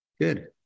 Good